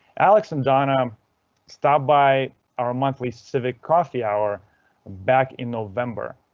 alex and donna stopped by our monthly civic coffee hour back in november.